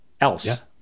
else